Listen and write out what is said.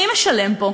מי משלם פה?